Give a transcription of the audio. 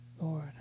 Lord